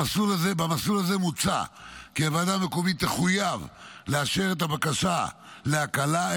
במסלול הזה מוצע כי הוועדה המקומית תחויב לאשר את הבקשה להקלה,